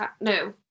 no